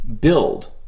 build